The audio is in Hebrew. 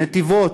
נתיבות,